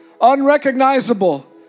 unrecognizable